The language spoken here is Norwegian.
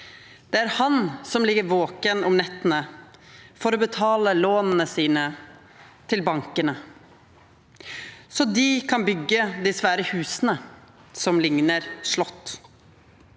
Det er han som ligger våken om nettene for å betale lånene sine til bankene så de kan bygge de svære husene som ligner slott.»